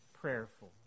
prayerful